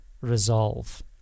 resolve